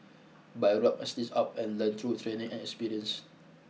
but I roll up my sleeves up and learnt through training and experience